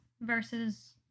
versus